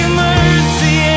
mercy